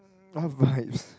what vibes